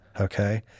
okay